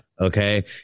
Okay